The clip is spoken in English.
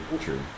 true